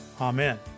Amen